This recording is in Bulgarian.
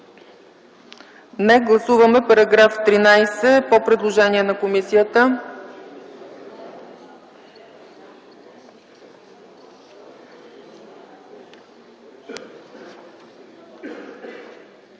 Не. Гласуваме § 13 по предложение на комисията.